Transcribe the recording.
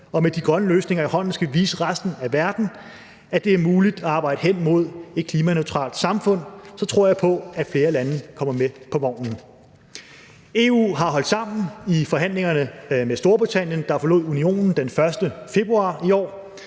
og med de grønne løsninger i hånden skal vi vise resten af verden, at det er muligt at arbejde hen imod et klimaneutralt samfund. Så tror jeg på, at flere lande kommer med på vognen. EU har holdt sammen i forhandlingerne med Storbritannien, der forlod unionen den 1. februar i år.